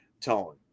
tone